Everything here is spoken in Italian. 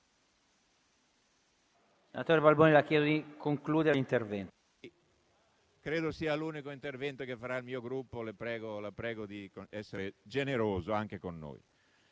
Credo sia l'unico intervento che farà il mio Gruppo, quindi la prego di essere generoso anche con noi,